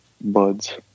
Bud's